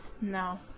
No